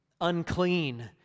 unclean